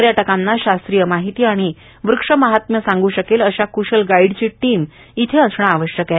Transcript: पर्यटकांना शास्त्रीय माहिती आणि वृक्षमहात्म्य सांग् शकेल अशा कृशल गाईडची टीम इथं असणे आवश्यक आहे